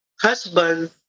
husband